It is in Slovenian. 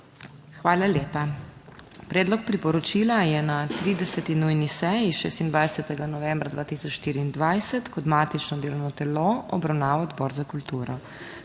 Hvala lepa. Predlog priporočila je na 30. nujni seji 26. novembra 2024 kot matično delovno telo obravnaval Odbor za kulturo.